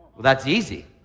that's easy.